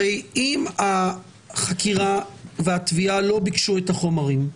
הרי אם החקירה והתביעה לא ביקשו את החומרים,